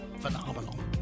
phenomenal